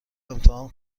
امتحان